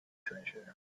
treasure